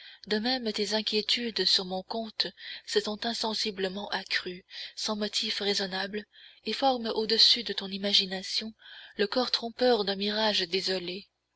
de même tes inquiétudes sur mon compte se sont insensiblement accrues sans motif raisonnable et forment au-dessus de ton imagination le corps trompeur d'un mirage désolé